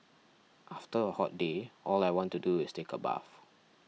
after a hot day all I want to do is take a bath